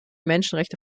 menschenrechte